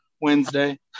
Wednesday